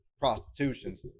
prostitutions